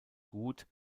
gut